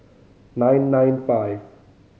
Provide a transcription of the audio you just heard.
nine nine five